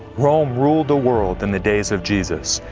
rome ruled the world in the days of jesus.